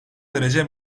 derece